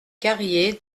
carrier